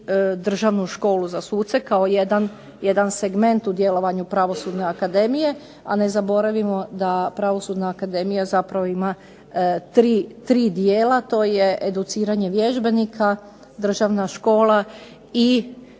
Državnu školu za suce kao jedan segment u djelovanju Pravosudne akademije, a ne zaboravimo da Pravosudna akademija zapravo ima tri dijela. To je educiranje vježbenika, državna škola i